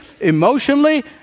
emotionally